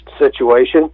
situation